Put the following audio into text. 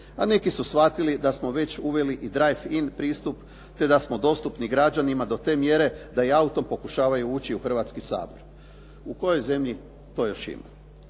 a neki su shvatili da smo već uveli i "Drive in" pristup, te da smo dostupni građanima do te mjere da i autom pokušavaju ući u Hrvatski sabor. U kojoj zemlji to još ima?